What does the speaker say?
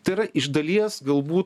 tai yra iš dalies galbūt